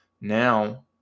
now